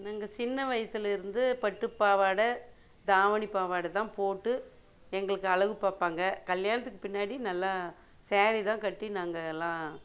நாங்கள் சின்ன வயசுலேருந்து பட்டுப்பாவாடை தாவணி பாவாடை தான் போட்டு எங்களுக்கு அழகு பார்ப்பாங்க கல்யாணத்துக்கு பின்னாடி நல்லா ஸாரி தான் கட்டி நாங்கள் எல்லாம்